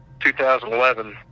2011